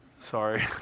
Sorry